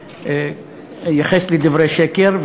שייחס לי דברי שקר,